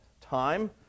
time